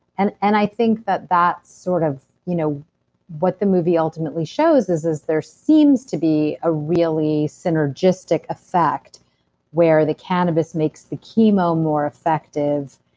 and and i think that that's sort of. you know what the movie ultimately shows is is there seems to be a really synergistic effect where the cannabis makes the chemo more effective.